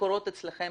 שקורות אצלכם